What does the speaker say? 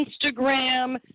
Instagram